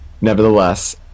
nevertheless